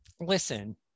listen